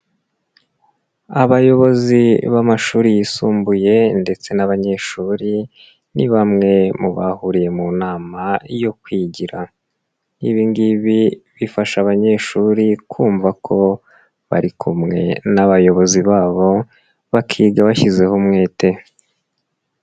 Abayobozi b'amashuri yisumbuye ndetse n'abanyeshuri, ni bamwe mu bahuriye mu nama yo kwigira, ibi ngibi bifasha abanyeshuri kumva ko bari kumwe n'abayobozi babo, bakiga bashyizeho umwete.